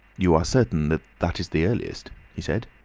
you are certain that that is the earliest? he said.